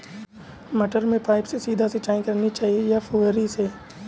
मटर में पाइप से सीधे सिंचाई करनी चाहिए या फुहरी से?